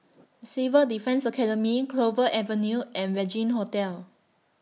Civil Defence Academy Clover Avenue and Regin Hotel